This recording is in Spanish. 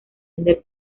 del